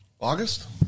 August